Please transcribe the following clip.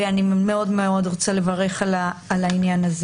אני מאוד רוצה לברך על כך.